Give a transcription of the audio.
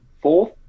Fourth